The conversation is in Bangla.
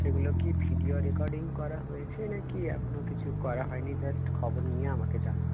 সেগুলো কি ভিডিও রেকর্ডিং করা হয়েছে না কি এখনও কিছু করা হয় নি জাস্ট খবর নিয়ে আমাকে জানাচ্ছো